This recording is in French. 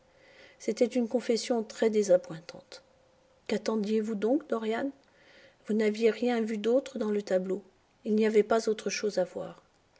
c'était une confession très désappointante quattendiez vous donc dorian vous n'aviez rien vu d'autre dans le tableau il n'y avait pas autre chose à voir